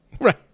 Right